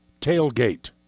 tailgate